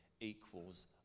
equals